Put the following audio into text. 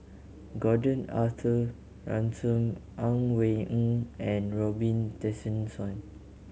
Gordon Arthur Ransome Ang Wei Neng and Robin Tessensohn